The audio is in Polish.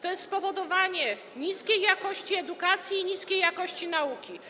To jest spowodowanie niskiej jakości edukacji i niskiej jakości nauki.